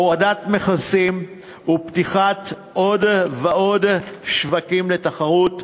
הורדת מכסים ופתיחת עוד ועוד שווקים לתחרות,